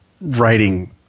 writing